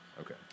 Okay